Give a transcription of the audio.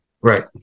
right